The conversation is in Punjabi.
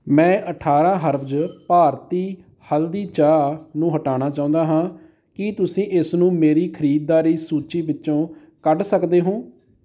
ਮੈਂ ਅਠਾਰਾਂ ਹਰਬਜ਼ ਭਾਰਤੀ ਹਲਦੀ ਚਾਹ ਨੂੰ ਹਟਾਉਣਾ ਚਾਹੁੰਦਾ ਹਾਂ ਕੀ ਤੁਸੀਂ ਇਸਨੂੰ ਮੇਰੀ ਖਰੀਦਦਾਰੀ ਸੂਚੀ ਵਿੱਚੋਂ ਕੱਢ ਸਕਦੇ ਹੋ